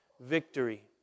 victory